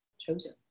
chosen